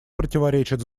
противоречат